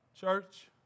Church